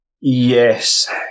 Yes